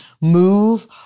move